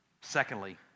Secondly